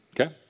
Okay